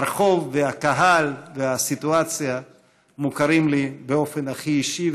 הרחוב והקהל והסיטואציה מוכרים לי באופן הכי אישי,